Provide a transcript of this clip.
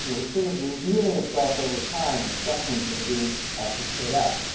you know this thing is revealing itself over time. and specimens that are being prepared out.